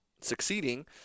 succeeding